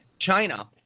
China